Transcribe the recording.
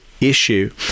issue